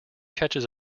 catches